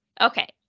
Okay